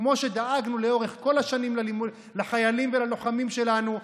כמו שדאגנו לאורך כל השנים לחיילים וללוחמים שלנו.